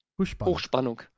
Hochspannung